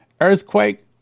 Earthquake